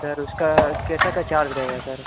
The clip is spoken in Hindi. सर उसका कैसा क्या चार्ज रहेगा सर